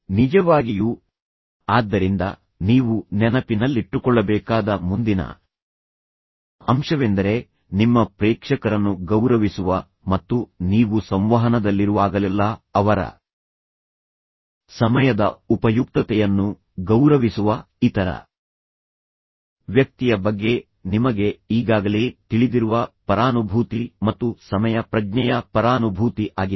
ನಿಜವಾಗಿಯೂ ನೀವು ನೆನಪಿನಲ್ಲಿಟ್ಟುಕೊಳ್ಳಬೇಕಾದ ಮುಂದಿನ ಅಂಶವೆಂದರೆ ನಿಮ್ಮ ಪ್ರೇಕ್ಷಕರನ್ನು ಗೌರವಿಸುವ ಮತ್ತು ನೀವು ಸಂವಹನದಲ್ಲಿರುವಾಗಲೆಲ್ಲಾ ಅವರ ಸಮಯದ ಉಪಯುಕ್ತತೆಯನ್ನು ಗೌರವಿಸುವ ಇತರ ವ್ಯಕ್ತಿಯ ಬಗ್ಗೆ ನಿಮಗೆ ಈಗಾಗಲೇ ತಿಳಿದಿರುವ ಪರಾನುಭೂತಿ ಮತ್ತು ಸಮಯ ಪ್ರಜ್ಞೆಯ ಪರಾನುಭೂತಿ ಆಗಿದೆ